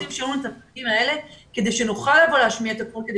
רוצים את הדברים האלה כדי שהם יוכלו לבוא להשמיע את עצמם וכדי